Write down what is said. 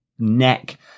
neck